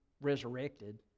resurrected